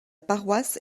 paroisse